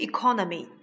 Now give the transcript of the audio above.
Economy